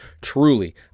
Truly